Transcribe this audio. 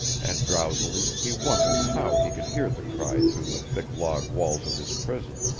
and drowsily he wondered how he could hear the cry through the thick log walls of his prison.